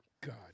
God